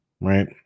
right